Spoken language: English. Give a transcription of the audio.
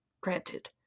granted